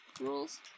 rules